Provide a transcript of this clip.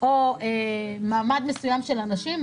או מעמד מסוים של אנשים,